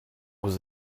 was